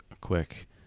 quick